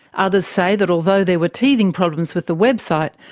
others say that although there were teething problems with the website,